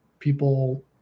people